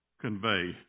convey